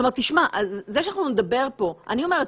כלומר תשמע, זה שאנחנו נדבר פה, אני אומרת,